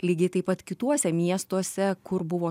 lygiai taip pat kituose miestuose kur buvo